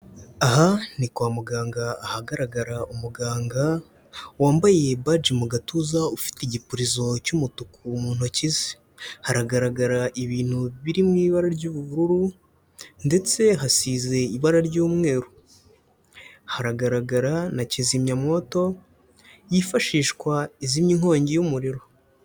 Aha ni kwa muganga ahagaragara umuganga wambaye baji mu gatuza ufite igipirizo cy'umutuku mu ntoki ze, haragaragara ibintu biri mu ibara ry'ubururu ndetse hasize ibara ry'umweru, haragaragara na kizimyamwoto yifashishwa izimya inkongi y'umuriro.